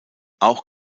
auch